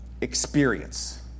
experience